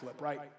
right